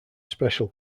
special